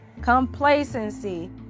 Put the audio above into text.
Complacency